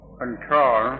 control